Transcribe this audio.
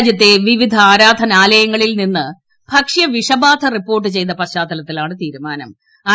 രാജ്യത്തെ വിവിധ ആരാധനാലയങ്ങളിൽ നിന്ന് ഭക്ഷ്യവീഷ ബാധ റിപ്പോർട്ട് ചെയ്ത പശ്ചാത്തലത്തിലാണ് തീരുമാന്റം